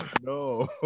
No